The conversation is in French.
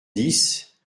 dix